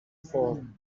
floor